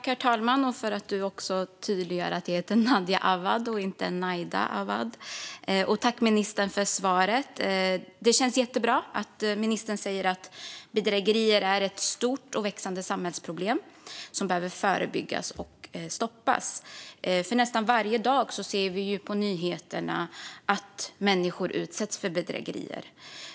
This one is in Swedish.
Herr talman! Tack, ministern, för svaret! Det känns jättebra att ministern säger att bedrägerier är ett stort och växande samhällsproblem som behöver förebyggas och stoppas. Nästan varje dag ser vi på nyheterna att människor utsätts för bedrägerier.